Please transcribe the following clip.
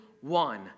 one